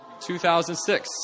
2006